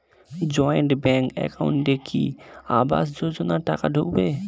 Joint bank একাউন্টে কি আবাস যোজনা টাকা ঢুকবে?